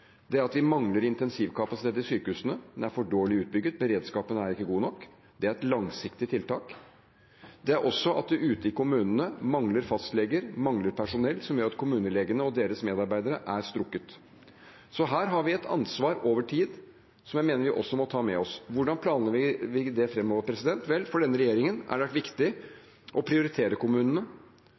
Det er at vi mangler intensivkapasitet i sykehusene, den er for dårlig utbygget, beredskapen er ikke god nok. Det er et langsiktig tiltak. Det er også at det ute i kommunene mangler fastleger, mangler personell, noe som gjør at kommunelegene og deres medarbeidere er strukket. Så her har vi et ansvar over tid, som jeg mener vi også må ta med oss. Hvordan planlegger vi det framover? For denne regjeringen har det vært viktig å prioritere kommunene.